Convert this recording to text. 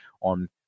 on